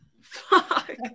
Fuck